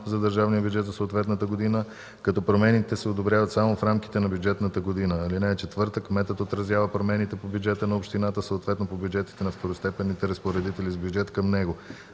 за държавния бюджет за съответната година, като промените се одобряват само в рамките на бюджетната година. (4) Кметът отразява промените по бюджета на общината, съответно по бюджетите на второстепенните разпоредители с бюджет към него.